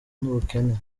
n’ubukene